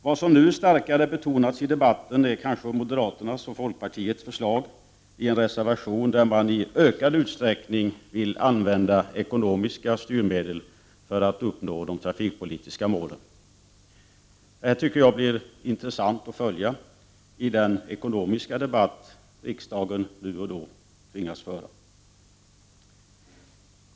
Vad som nu starkare betonats i debatten är kanske moderaternas och folkpartiets förslag i en reservation att man i ökad utsträckning skall använda ekonomiska styrmedel för att uppnå de trafikpolitiska målen. Det tycker jag blir intressant att följa i den ekonomiska debatt som riksdagen nu och då tvingas föra.